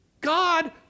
God